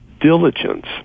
diligence